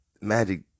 Magic